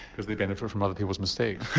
because they benefit from other people's mistakes.